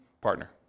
partner